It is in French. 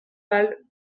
pâle